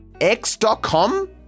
X.com